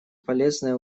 полезное